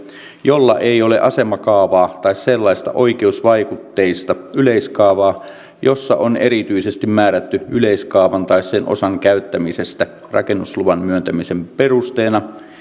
jolla ei ole asemakaavaa tai sellaista oikeusvaikutteista yleiskaavaa jossa on erityisesti määrätty yleiskaavan tai sen osan käyttämisestä rakennusluvan myöntämisen perusteena